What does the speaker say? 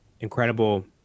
incredible